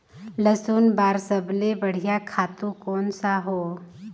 लसुन बार सबले बढ़िया खातु कोन सा हो?